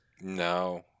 No